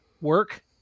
work